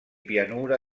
pianura